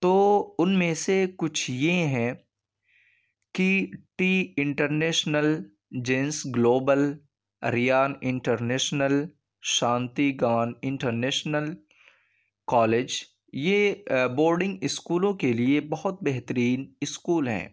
تو ان میں سے کچھ یہ ہیں کہ T international genius global Aryan international Shanti Gyan international college یہ بورڈنگ اسکولوں کے لیے بہت بہترین اسکول ہیں